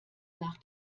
nach